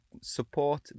support